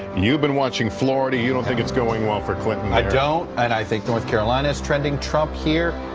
you've been watching florida. you don't think it's going well for clinton. i don't. and i think north carolina's trending trump here.